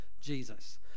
Jesus